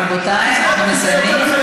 רבותיי, אנחנו מסיימים.